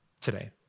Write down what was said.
today